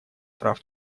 прав